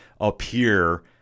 appear